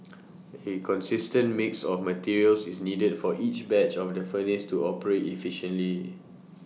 A consistent mix of materials is needed for each batch of the furnace to operate efficiently